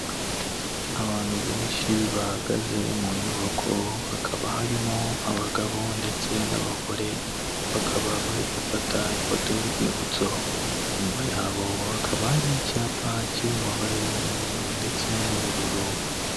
Abantu benshi bahagaze mu nyubako, hakaba harimo abagabo ndetse n'abagore, bakaba bari gufata ifoto y'urwibutso, inyuma yabo hakaba hari icyapa kiri mu mabara y'umweru ndetse n'ubururu.